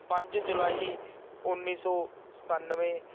ਪੰਜ ਜੁਲਾਈ ਉੱਨੀ ਸੌ ਸਤਾਨਵੇਂ